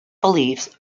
beliefs